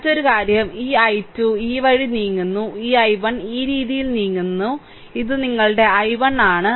മറ്റൊരു കാര്യം ഈ i2 ഈ വഴി നീങ്ങുന്നു ഈ i1 ഈ രീതിയിൽ നീങ്ങുന്നു ഇത് നിങ്ങളുടെ i1 ആണ്